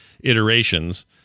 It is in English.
iterations